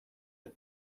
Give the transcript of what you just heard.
است